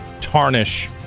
tarnish